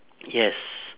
yes